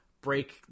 break